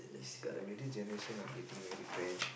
is already generation are getting really bad